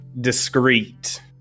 discreet